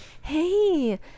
hey